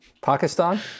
Pakistan